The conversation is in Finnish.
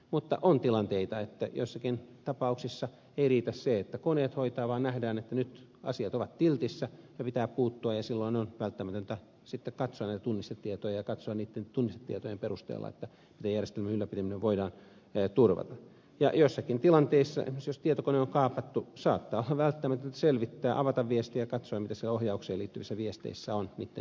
mutta on tilanteita että joissakin tapauksissa ei riitä se että koneet hoitavat vaan nähdään että nyt asiat ovat tiltissä ja pitää puuttua ja silloin on välttämätöntä sitten katsoa näitä tunnistetietoja ja katsoa niitten tunnistetietojen perusteella miten järjestelmän ylläpitäminen voidaan turvata ja joissakin tilanteissa esimerkiksi jos tietokone on kaapattu saattaa olla välttämätöntä selvittää avata viesti ja katsoa mitä siellä ohjaukseen liittyvissä viesteissä on niitten sisältöä